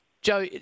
Joe